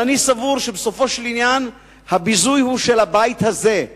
אבל אני סבור שבסופו של עניין הביזוי הוא של הבית הזה,